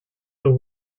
the